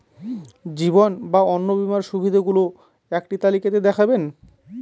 জীবন বা অন্ন বীমার সুবিধে গুলো একটি তালিকা তে দেখাবেন?